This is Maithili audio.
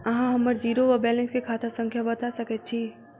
अहाँ हम्मर जीरो वा बैलेंस केँ खाता संख्या बता सकैत छी?